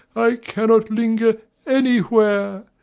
i cannot linger anywhere.